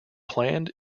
planned